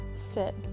sit